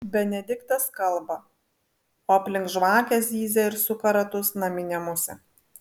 benediktas kalba o aplink žvakę zyzia ir suka ratus naminė musė